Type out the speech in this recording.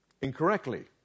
incorrectly